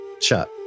Shot